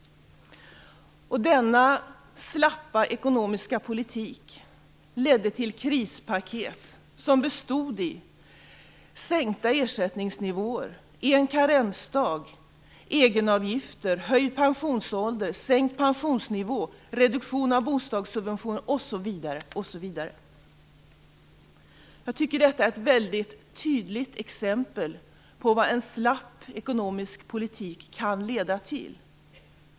Denna slappa ekonomiska politik ledde till krispaket som bestod i sänkta ersättningsnivåer, en karensdag, egenavgifter, höjd pensionsålder, sänkt pensionsnivå, reduktion av bostadssubventioner osv. Jag tycker att detta är ett väldigt tydligt exempel på vad en slapp ekonomisk politik kan leda till.